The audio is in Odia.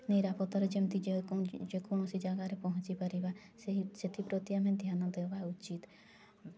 ନିରାପତ୍ତରେ ଯେମିତି ଯେକୌଣସି ଜାଗାରେ ପହଞ୍ଚିପାରିବା ସେହି ସେଥିପ୍ରତି ଆମେ ଧ୍ୟାନ ଦେବା ଉଚିତ୍